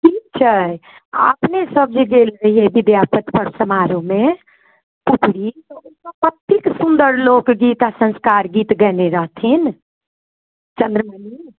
ठीक छै आ अपनेसभ जे गेल रहियै विद्यापति पर्व समारोहमे तऽ कतेक सुन्दर लोकगीत आ संस्कार गीत गयने रहथिन चन्द्रमणि